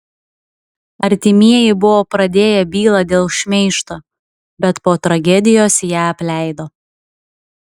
artimieji buvo pradėję bylą dėl šmeižto bet po tragedijos ją apleido